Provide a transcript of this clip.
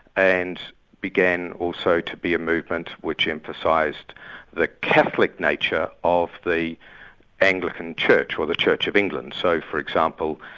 and began also to be a movement which emphasised the catholic nature of the anglican church, or the church of england, so for example,